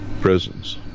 prisons